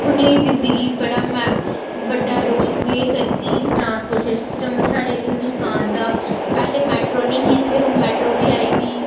उ'नेंगी ज़िंदगी बड़ा में बड्डा रोल प्ले करदी ट्रांसपोर्ट सिस्टम साढ़े हिंदुस्तान दा पैह्ले मैट्रो नेही इत्थें हून मैट्रो बी आई दी